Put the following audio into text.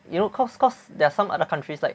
you know cause cause there are some other countries like